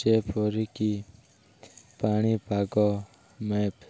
ଯେପରିକି ପାଣିପାଗ ମ୍ୟାପ୍